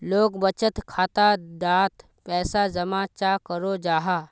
लोग बचत खाता डात पैसा जमा चाँ करो जाहा?